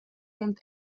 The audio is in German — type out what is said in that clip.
und